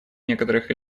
некоторых